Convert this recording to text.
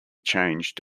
changed